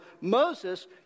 Moses